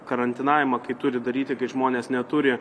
karantinavimą kai turi daryti kai žmonės neturi